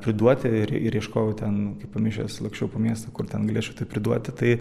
priduoti ir ir ieškojau ten kaip pamišęs laksčiau po miestą kur ten galėčiau tai priduoti tai